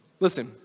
Listen